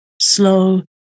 slow